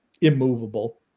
immovable